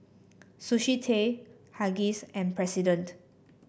Sushi Tei Huggies and President